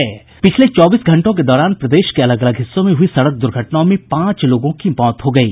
पिछले चौबीस घंटों के दौरान प्रदेश के अलग अलग हिस्सों में हई सड़क द्र्घटनाओं में पांच लोगों मौत हो गयी